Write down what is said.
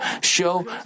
show